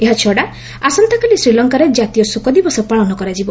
ଏହାଛଡ଼ା ଆସନ୍ତାକାଲି ଶ୍ରୀଲଙ୍କାରେ ଜାତୀୟ ଶୋକଦିବସ ପାଳନ କରାଯିବ